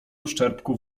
uszczerbku